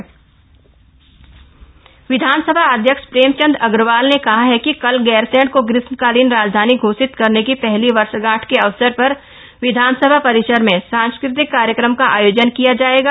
गैरसैंण कार्यक्रम विधानसभा अध्यक्ष प्रेमचंद अग्रवाल ने कहा है कि कल गैरसैंण को ग्रीष्मकालीन राजधानी घोषित करने की पहली वर्षगांठ के अवसर पर विधानसभा परिसर में सांस्कृतिक कार्यक्रम का थ योजन किया जाएगा